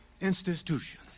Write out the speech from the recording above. institution